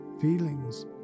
feelings